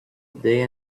day